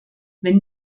wenn